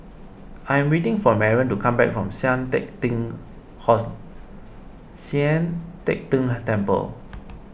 I am waiting for Maren to come back from Sian Teck Tng horse Sian Teck Tng Temple